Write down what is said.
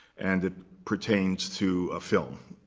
and it pertains to a film.